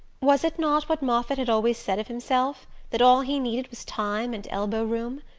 was it not what moffatt had always said of himself that all he needed was time and elbow-room?